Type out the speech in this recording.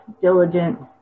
diligent